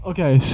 Okay